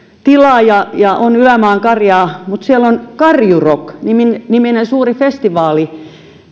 tilaa ja ja on ylämaankarjaa mutta siellä on karjurock niminen niminen suuri festivaali